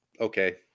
Okay